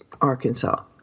Arkansas